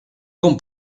con